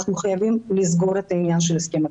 אנחנו חייבים לסגור את העניין של ההסכם הקיבוצי.